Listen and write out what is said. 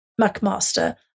McMaster